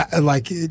Like-